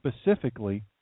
specifically